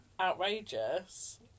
outrageous